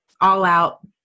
all-out